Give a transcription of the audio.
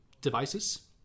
devices